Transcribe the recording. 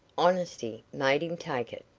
honesty made him take it.